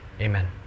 Amen